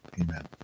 Amen